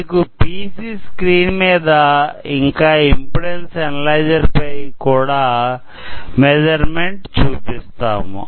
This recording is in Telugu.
మీకు PC స్క్రీన్ మీద ఇంకా ఇంపిడెన్సు అనలైజర్ పై కూడా మెసర్మెంట్ చూపిస్తాము